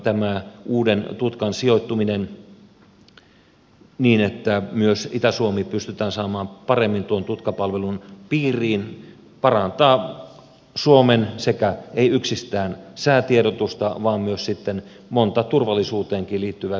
tämän uuden tutkan sijoittuminen niin että myös itä suomi pystytään saamaan paremmin tuon tutkapalvelun piiriin parantaa suomen ei yksistään säätiedotusta vaan myös sitten monta turvallisuuteenkin liittyvää kysymystä